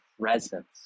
presence